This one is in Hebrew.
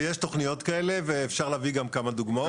ויש תוכניות כאלה ואפשר להביא גם כמה דוגמאות.